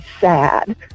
sad